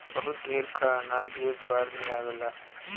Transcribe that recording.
बहुत ढेर क अनाज एक बार में आवेला